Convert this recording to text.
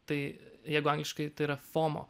tai jeigu angliškai tai yra fomo